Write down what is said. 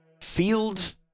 field